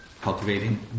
cultivating